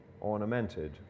ornamented